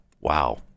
Wow